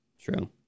True